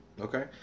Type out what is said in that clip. Okay